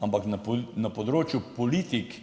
ampak na področju politik